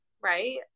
right